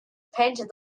painted